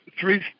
three